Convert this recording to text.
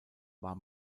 war